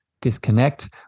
disconnect